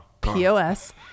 POS